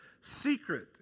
secret